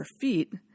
feet